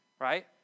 right